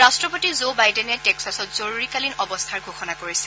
ৰাষ্ট্ৰপতি জ' বাইদেনে টেক্সাছত জৰুৰীকালিন অৱস্থাৰ ঘোষণা কৰিছে